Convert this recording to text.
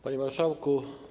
Panie Marszałku!